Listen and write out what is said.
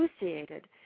associated